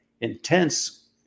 intense